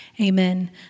Amen